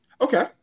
Okay